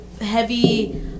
heavy